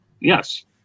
Yes